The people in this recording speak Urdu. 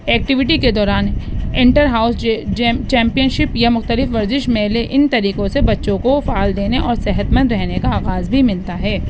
ایکٹیویٹی کے دوران انٹر ہاؤس جے جیم چیمپئن شپ یا مختلف ورزش میلے ان طریقوں سے بچوں کو فعال دینے اور صحتمند رہنے کا آغاز بھی ملتا ہے